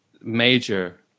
major